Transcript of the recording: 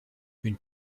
une